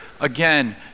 again